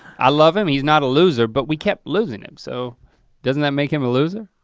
i love him, he's not a loser, but we kept losin' him so doesn't that make him a loser?